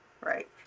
Right